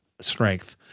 strength